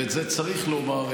ואת זה צריך לומר,